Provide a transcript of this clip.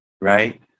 right